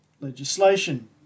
legislation